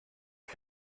für